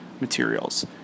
materials